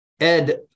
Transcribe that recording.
Ed